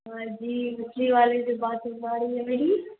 ہاں جی مچھلی والے سے بات ہو پا رہی ہے میری